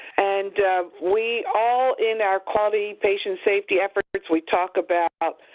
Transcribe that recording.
and we all, in our quality patient safety efforts, we talk about